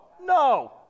no